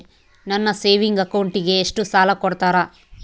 ನನ್ನ ಸೇವಿಂಗ್ ಅಕೌಂಟಿಗೆ ಎಷ್ಟು ಸಾಲ ಕೊಡ್ತಾರ?